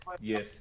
yes